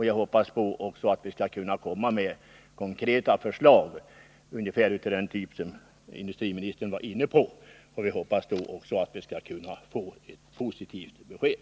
Jag hoppas också att vi skall kunna komma med konkreta förslag, ungefär av den typ som industriministern här var inne på. Vi hoppas då också att få ett positivt besked.